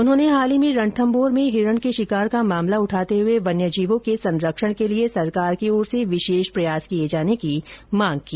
उन्होंने हाल ही में रणथम्मौर में हिरण के शिकार का मामला उठाते हुए वन्यजीवों के संरक्षण के लिए सरकार की ओर से विशेष प्रयास किए जाने की मांग की